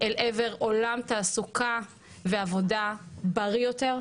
לעבר עולם תעסוקה ועבודה בריא יותר,